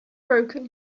broken